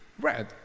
red